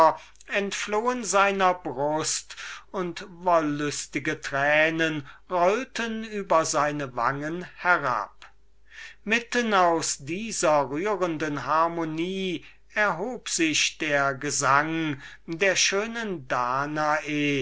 entflohen seiner brust und wollüstige tränen rollten über seine wangen herab mitten aus dieser rührenden harmonie erhob sich der gesang der schönen danae